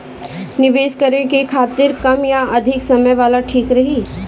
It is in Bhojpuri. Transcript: निवेश करें के खातिर कम या अधिक समय वाला ठीक रही?